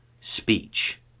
speech